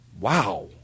wow